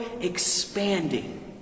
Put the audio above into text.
expanding